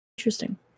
Interesting